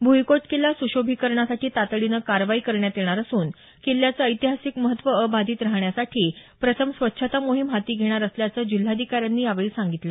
भुईकोट किल्ला सुशोभीकरणासाठी तातडीनं कारवाई करण्यात येणार असून किल्ल्याचं ऐतिहासिक महत्त्व अबाधित राहण्यासाठी प्रथम स्वच्छता मोहीम हाती घेणार असल्याचं जिल्हाधिकाऱ्यांनी यावेळी सांगितलं